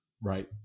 right